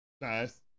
Nice